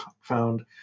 found